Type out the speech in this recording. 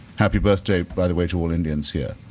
happy birthday by the way to all indians here.